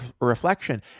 reflection